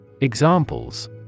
Examples